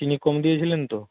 চিনি কম দিয়েছিলেন তো